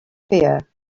fear